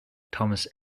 thomas